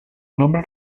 nombre